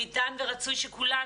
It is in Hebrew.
ניתן ורצוי שכולנו,